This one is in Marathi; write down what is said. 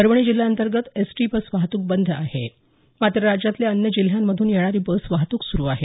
परभणी जिल्हा अंतर्गत एसटी बस वाहतूक बंद आहे मात्र राज्यातल्या अन्य जिल्ह्यांमधून येणारी बस वाहतूक सुरू आहे